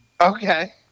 Okay